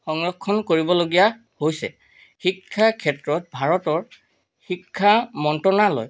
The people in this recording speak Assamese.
সংৰক্ষণ কৰিবলগীয়া হৈছে শিক্ষা ক্ষেত্ৰত ভাৰতৰ শিক্ষা মন্ত্ৰণালয়